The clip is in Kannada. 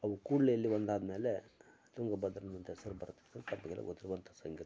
ಅವು ಕೂಡ್ಲಿಯಲ್ಲಿ ಒಂದಾದಮೇಲೆ ತುಂಗಭದ್ರಾ ಅನ್ನುವಂಥ ಹೆಸ್ರು ಬರತ್ತೆ ಅನ್ನೋದು ನಮಗೆಲ್ಲ ಗೊತ್ತಿರುವಂಥ ಸಂಗತಿ